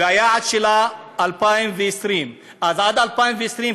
והיעד שלה הוא 2020. אז עד 2020,